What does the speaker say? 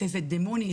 זה דמוני,